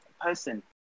person